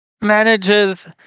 manages